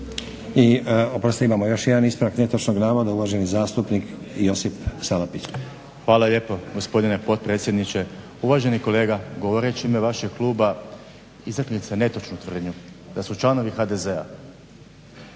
Oprostite, imamo još jedan ispravak netočnog navoda. Uvaženi zastupnik Josip Salapić. **Salapić, Josip (HDZ)** Hvala lijepo, gospodine potpredsjedniče. Uvaženi kolega, govoreći u ime vašeg kluba izrekli ste netočnu tvrdnju da su članovi HDZ-a